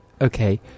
okay